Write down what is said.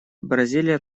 бразилия